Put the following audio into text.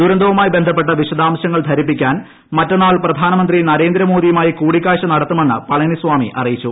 ദുരന്തവുമായി ബന്ധപ്പെട്ട വിശദാംശങ്ങൾ ധരിപ്പിക്കാൻ മറ്റെന്നാൾ പ്രധാനമന്ത്രി നരേന്ദ്രമോദിയുമായി കൂടിക്കാഴ്ച നടത്തുമെന്ന് പളനിസ്വാമി അറിയിച്ചു